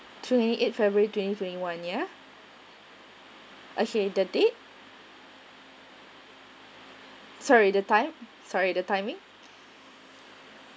twenty eight february twenty twenty one ya okay the date sorry the time sorry the timing